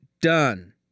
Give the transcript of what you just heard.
Done